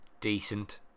decent